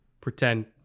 pretend